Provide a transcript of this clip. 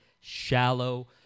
shallow